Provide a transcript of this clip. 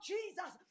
Jesus